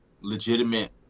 legitimate